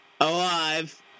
alive